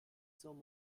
cents